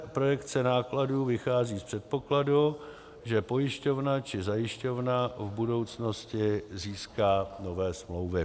Projekce nákladů vychází z předpokladu, že pojišťovna či zajišťovna v budoucnosti získá nové smlouvy.